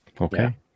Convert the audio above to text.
okay